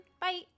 Bye